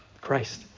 Christ